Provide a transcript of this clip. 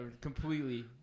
completely